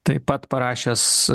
taip pat parašęs